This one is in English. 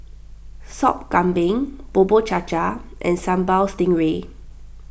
Sop Kambing Bubur Cha Cha and Sambal Stingray